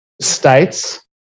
States